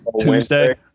Tuesday